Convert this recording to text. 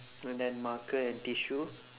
and then marker and tissue